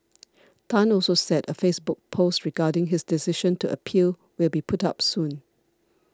Tan also said a Facebook post regarding his decision to appeal will be put up soon